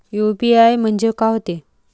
UPI म्हणजे का होते?